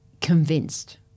convinced